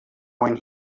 when